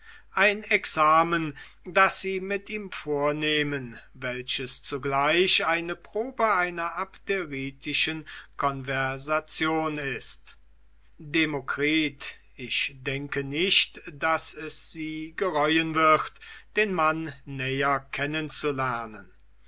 ein examen das sie mit ihm vornehmen welches zugleich eine probe einer abderitischen conversation ist demokritus ich denke nicht daß es sie gereuen wird den mann näher